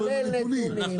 כולל נתונים,